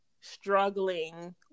struggling